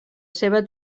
seva